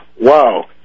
Wow